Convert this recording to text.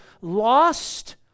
lost